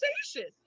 conversation